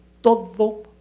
todo